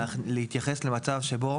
להתייחס למצב שבו